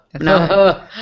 No